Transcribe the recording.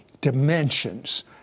dimensions